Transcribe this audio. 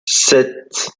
sept